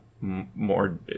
more